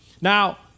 Now